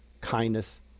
kindness